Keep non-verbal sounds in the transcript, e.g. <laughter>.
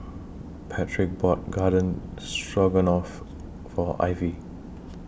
<noise> Patrick bought Garden Stroganoff For Ivie